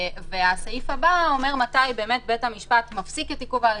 הסעיף הבא אומר מתי בית המשפט מפסיק את עיכוב ההליכים: